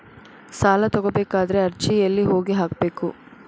ಸಾಲ ತಗೋಬೇಕಾದ್ರೆ ಅರ್ಜಿ ಎಲ್ಲಿ ಹೋಗಿ ಹಾಕಬೇಕು?